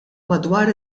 madwar